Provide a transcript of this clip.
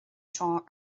seo